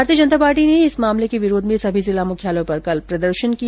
भारतीय जनता पार्टी ने इस मामले के विरोध में सभी जिला मुख्यालयों पर कल प्रदर्षन किया